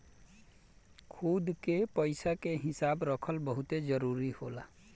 खुद के पइसा के हिसाब रखल बहुते जरूरी होला